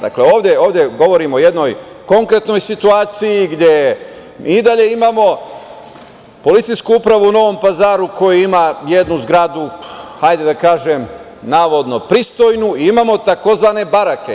Dakle, ovde govorimo o jednoj konkretnoj situaciji, gde i dalje imamo policijsku upravu u Novom Pazaru koja ima jednu zgradu, hajde da kažem, navodno pristojnu i imamo tzv. barake.